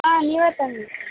ಹಾಂ ನೀವೇ ತನ್ನಿ